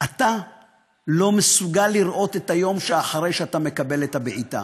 אתה לא מסוגל לראות את היום שאחרי שאתה מקבל את הבעיטה.